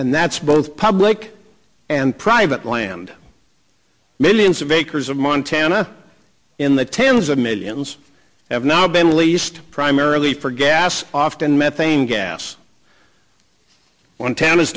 and that's both public and private land millions of acres of montana in the tens of millions have now been leased primarily for gas often methane gas on town